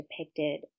depicted